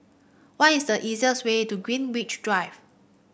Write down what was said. what is the easiest way to Greenwich Drive